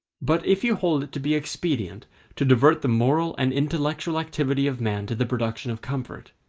but if you hold it to be expedient to divert the moral and intellectual activity of man to the production of comfort,